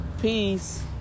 Peace